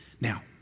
Now